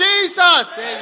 Jesus